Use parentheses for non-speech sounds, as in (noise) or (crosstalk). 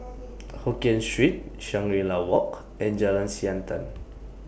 (noise) Hokkien Street Shangri La Walk and Jalan Siantan